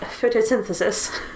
photosynthesis